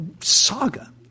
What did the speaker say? saga